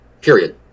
Period